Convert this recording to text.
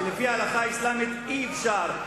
לפי ההלכה האסלאמית אי-אפשר,